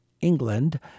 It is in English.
England